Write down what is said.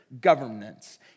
governance